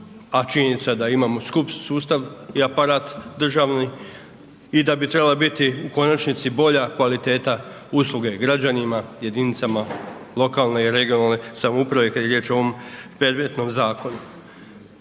a činjenica je da imamo skupi sustav i aparat državni i da bi trebala biti u konačnici bolja kvaliteta usluge građanima, jedinicama lokalne i regionalne samouprave kad je riječ o ovom predmetnom zakonu.